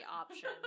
option